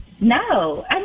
No